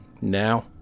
Now